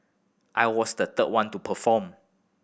I was the third one to perform